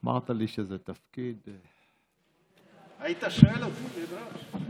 אמרת לי שזה תפקיד, היית שואל אותי מראש.